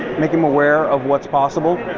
make them aware of what's possible.